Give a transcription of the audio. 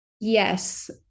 yes